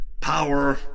power